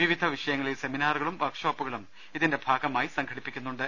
വിവിധ വിഷയങ്ങ ളിൽ സെമിനാറുകളും വർക്ക്ഷോപ്പുകളും ഇതിന്റെ ഭാഗമായി സംഘടിപ്പി ക്കുന്നുണ്ട്